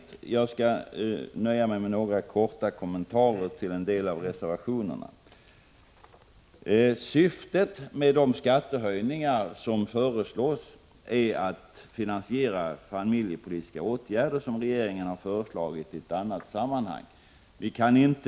Jag skall därför nöja mig med några korta kommentarer till en del av reservationerna. Syftet med de skattehöjningar som föreslås är att finansiera de familjepolitiska åtgärder som regeringen i ett annat sammanhang har föreslagit.